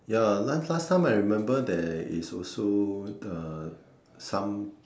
ya last last time I remember there is also the some